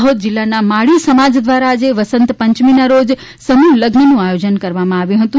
દાહોદ જિલ્લાના માળી સમાજ દ્વારા આજે વસંતપંચમીના રોજ સમૂહ લઝ્નનું આયોજન કરવામાં આવ્યું હતું